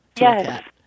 Yes